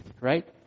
right